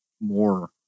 more